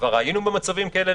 וכבר היינו במצבים כאלה.